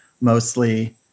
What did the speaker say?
mostly